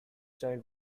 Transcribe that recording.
child